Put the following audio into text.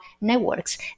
networks